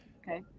Okay